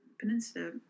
Peninsula